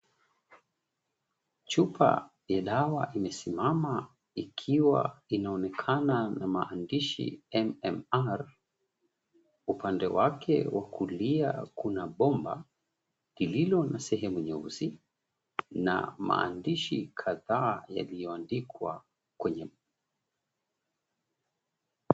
Chupa ya dawa imesimama ikiwa inaonekana na maandishi, "MMR". Upande wake wa kulia kuna bomba lililo na sehemu nyeusi na maandishi kadhaa yaliyoandikwa kwenye.